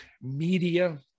Media